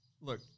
Look